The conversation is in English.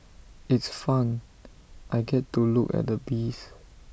it's fun I get to look at the bees